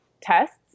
tests